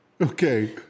Okay